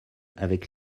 avec